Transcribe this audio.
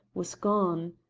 was gone.